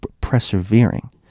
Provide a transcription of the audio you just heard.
persevering